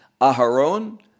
Aharon